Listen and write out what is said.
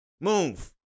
Move